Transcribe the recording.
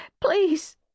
please